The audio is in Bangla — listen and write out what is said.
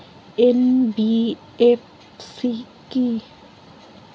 এন.বি.এফ.সি কী?